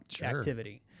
activity